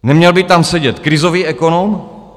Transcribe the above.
Neměl by tam sedět krizový ekonom?